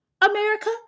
america